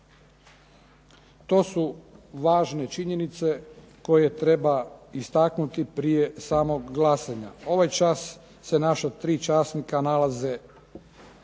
To su važne činjenice koje treba istaknuti prije samog glasanja. Ovaj časa se naša tri časnika nalaze